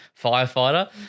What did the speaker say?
firefighter